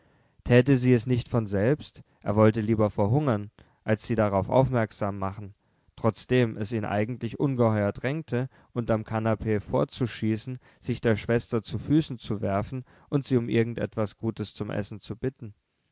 täte sie es nicht von selbst er wollte lieber verhungern als sie darauf aufmerksam machen trotzdem es ihn eigentlich ungeheuer drängte unterm kanapee vorzuschießen sich der schwester zu füßen zu werfen und sie um irgend etwas gutes zum essen zu bitten